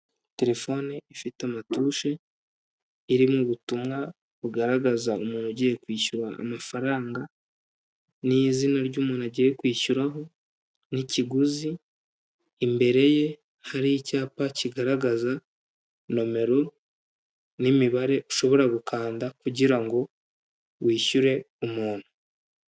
Terefone ifite amatushi irimo ubutumwa bugaragaza umuntu ugiye kwishyurwa amafaranga, n'izina ry'umuntu agiye kwishyuraho n'ikiguzi imbere ye hari icyapa kigaragaza nomero n'imibare ushobora gukanda kugirango wishyure umuntu.